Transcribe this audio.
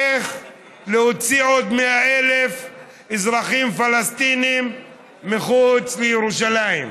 איך להוציא עוד 100,000 אזרחים פלסטינים מחוץ לירושלים,